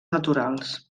naturals